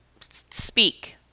speak